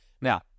Now